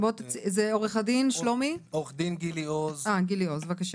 עו"ד גילי עוז, בבקשה.